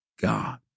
God